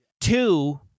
Two